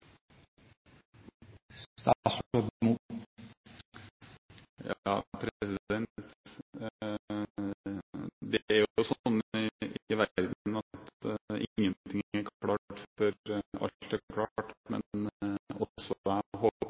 Det er jo sånn i verden at ingen ting er klart før alt er klart, men også